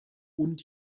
und